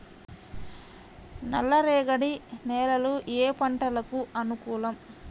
నల్లరేగడి నేలలు ఏ పంటలకు అనుకూలం?